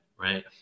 right